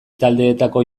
taldeetako